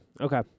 Okay